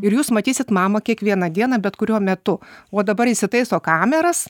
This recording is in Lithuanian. ir jūs matysit mamą kiekvieną dieną bet kuriuo metu o dabar įsitaiso kameras